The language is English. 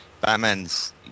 batman's